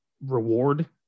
reward